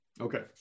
Okay